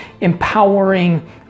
empowering